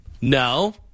No